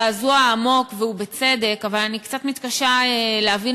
הדבר המזעזע כאן זה לא רק איכות האוכל,